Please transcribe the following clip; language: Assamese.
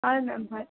হয় মেম হয়